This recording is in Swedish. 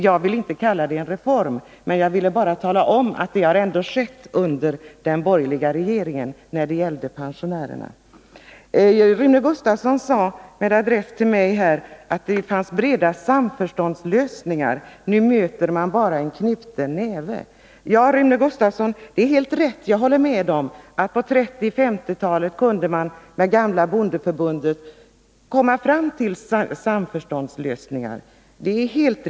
Jag vill inte kalla det en reform, men jag vill ändå tala om att detta har skett under den borgerliga regeringens tid. Rune Gustavsson sade med adress till mig att det tidigare fanns breda samförståndslösningar, medan man nu bara möter en knuten näve. Jag håller med om att man på 1930-talet och 1950-talet med det gamla bondeförbundet kunde komma fram till samförståndslösningar.